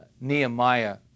Nehemiah